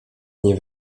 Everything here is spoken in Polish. nie